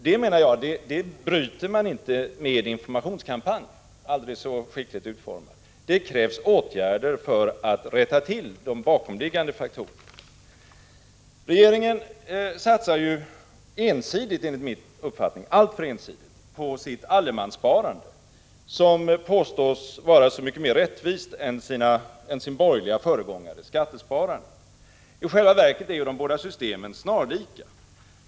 Jag menar att man inte kan bryta denna utveckling genom en aldrig så skickligt utförd informationskampanj. Det krävs åtgärder för att rätta till de bakomliggande faktorerna. Regeringen satsar enligt min uppfattning alltför ensidigt på sitt allemanssparande, som påstås vara så mycket mer rättvist än sin borgerliga föregångare skattesparandet. I själva verket är de båda systemen snarlika.